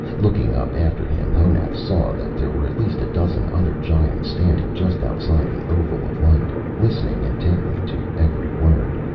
looking up after him, honath saw that there were at least a dozen other giants standing just outside the oval of light, listening intently to every word.